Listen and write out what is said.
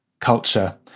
culture